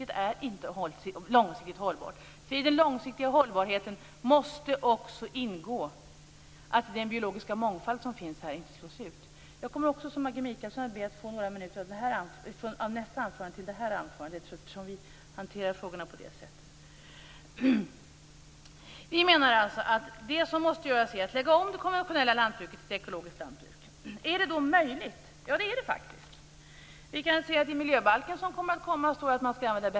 Det är inte långsiktigt hållbart, för i den långsiktiga hållbarheten måste också ingå att den biologiska mångfalden inte slås ut. Jag kommer som Maggi Mikaelsson att be att få några minuter av mitt nästa anförande till det här anförandet. Ja, det är de faktiskt.